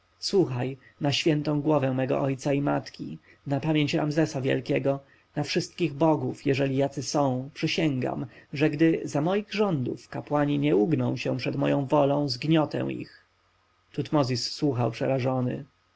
słuchaj na świętą głowę mego ojca i matki na pamięć ramzesa wielkiego na wszystkich bogów jeżeli jacy są przysięgam że gdy za moich rządów kapłani nie ugną się przed moją wolą zgniotę ich tutmozis słuchał przerażony